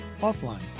offline